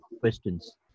questions